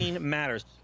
matters